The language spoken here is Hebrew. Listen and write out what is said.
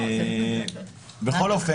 בכל אופן,